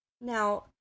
Now